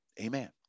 Amen